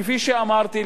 כפי שאמרתי,